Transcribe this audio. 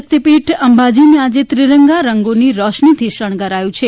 શક્તિપીઠ અંબાજીને આજે ત્રિરંગા રંગોની રોશનીથી શણગારાયું છે